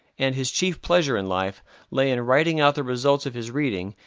and his chief pleasure in life lay in writing out the results of his reading,